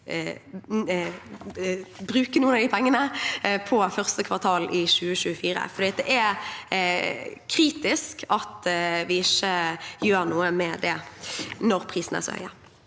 bruke noen av pengene i første kvartal i 2024. Det er kritisk at vi ikke gjør noe med det når prisene er høye.